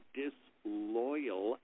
disloyal